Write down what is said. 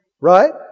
Right